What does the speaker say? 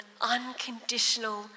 unconditional